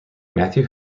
matthew